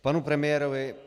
K panu premiérovi.